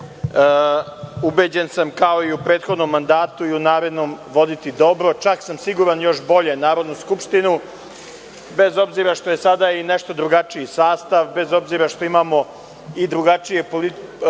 ubeđen sam, kao i u prethodnom mandatu, i u narednom voditi dobro, čak sam siguran još bolje Narodnu skupštinu, bez obzira što je sada i nešto drugačiji sastav, bez obzira što imamo i drugačije političke